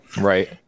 Right